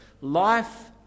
life